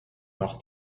noch